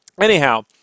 Anyhow